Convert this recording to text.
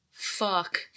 fuck